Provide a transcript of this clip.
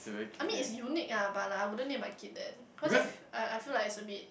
I mean it's unique ah but lah I wouldn't name my kid that cause I f~ I I feel like it's a bit